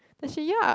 then she ya